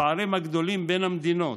הפערים הגדולים בין המדינות,